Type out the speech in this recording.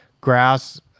grass